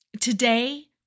Today